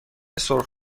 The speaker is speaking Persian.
سرخ